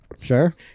Sure